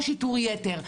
או שיטור יתר.